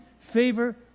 favor